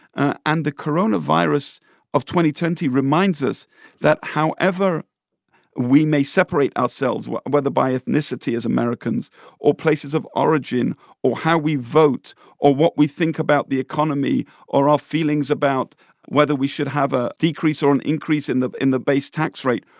ah and the coronavirus twenty twenty reminds us that however we may separate ourselves, whether by ethnicity as americans or places of origin or how we vote or what we think about the economy or our feelings about whether we should have a decrease or an increase in the in the base tax rate,